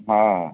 ହଁ